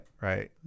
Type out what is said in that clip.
Right